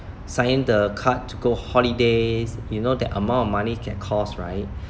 signed the card to go holidays you know that amount of money can cost right